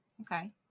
Okay